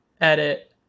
edit